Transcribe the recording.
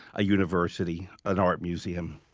a university, an art museum.